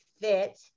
fit